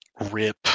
Rip